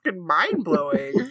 mind-blowing